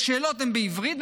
השאלות הן בעברית,